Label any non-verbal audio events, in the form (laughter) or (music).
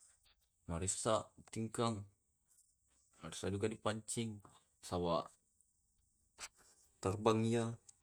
(noise) maressa i tingkang, (noise) maressa duka di pancing sawa terbangi ya. (hesitation)